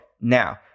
now